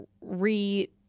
re